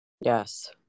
Yes